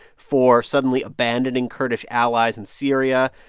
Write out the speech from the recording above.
for suddenly abandoning kurdish allies in syria,